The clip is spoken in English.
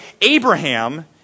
Abraham